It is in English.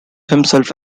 himself